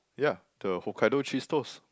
yeah the Hokkaido cheese toast